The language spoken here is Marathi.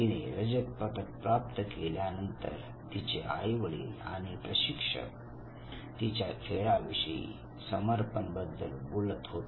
तिने रजत पदक प्राप्त केल्यानंतर तिचे आई वडील आणि प्रशिक्षक तिच्या खेळाविषयी समर्पण बद्दल बोलत होते